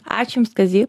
ačiū jums kazy